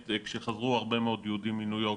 כשחזרו הרבה מאוד יהודים מניו יורק,